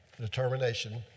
determination